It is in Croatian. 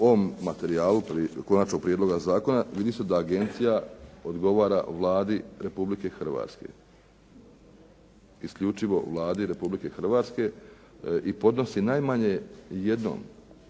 ovom materijalu konačnog prijedloga zakona vidi se da agencija odgovara Vladi Republike Hrvatske, isključivo Vladi Republike Hrvatske i podnosi najmanje jednom